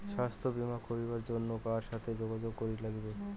স্বাস্থ্য বিমা করির জন্যে কার সাথে যোগাযোগ করির নাগিবে?